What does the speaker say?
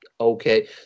okay